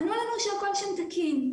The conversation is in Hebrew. ענו לנו שהכול שם תקין.